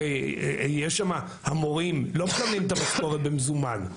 הרי המורים לא מקבלים את המשכורת במזומן,